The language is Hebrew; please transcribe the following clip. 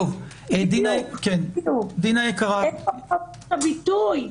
איפה חופש הביטוי?